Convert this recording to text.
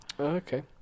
okay